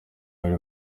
bari